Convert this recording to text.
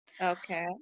Okay